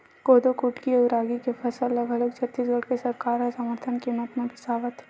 कोदो कुटकी अउ रागी के फसल ल घलोक छत्तीसगढ़ के सरकार ह समरथन कीमत म बिसावत हे